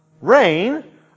rain